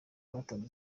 batanze